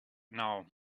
now